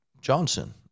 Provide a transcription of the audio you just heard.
Johnson